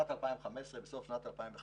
בסוף שנת 2015